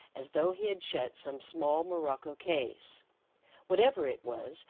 as though he had shut some small morocco case whatever it was,